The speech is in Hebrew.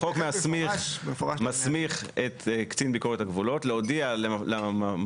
החוק מסמיך את קצין ביקורת הגבולות להודיע למפעיל